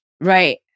Right